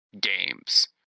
games